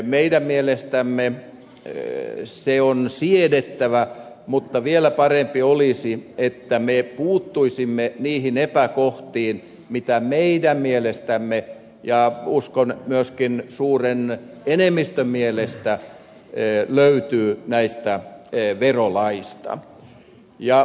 meidän mielestämme se on siedettävä mutta vielä parempi olisi että me puuttuisimme niihin epäkohtiin mitä meidän mielestämme ja uskon että myöskin suuren enemmistön mielestä löytyy näistä verolaeista